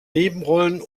nebenrollen